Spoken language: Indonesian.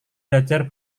belajar